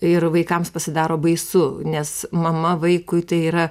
ir vaikams pasidaro baisu nes mama vaikui tai yra